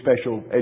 special